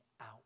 out